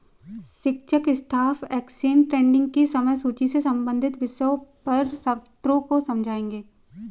शिक्षक stock exchange trading की समय सूची से संबंधित विषय पर छात्रों को समझाएँगे